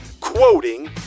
quoting